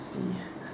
see